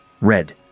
Red